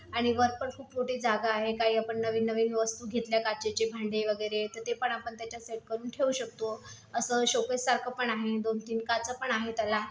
आणि वरपण खूप मोठी जागा आहे काही आपण नवीननवीन वस्तू घेतल्या काचेची भांडी वगैरे तर ते पण आपण त्याच्यात सेट करून ठेऊ शकतो असं शोकेससारखं पण आहे दोनतीन काचापण आहे त्याला